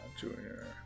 Junior